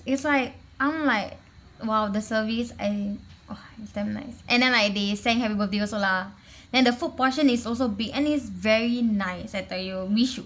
it's like I'm like !wow! the service and !wah! is damn nice and then like they sang happy birthday also lah then the food portion is also big and is very nice I tell you we should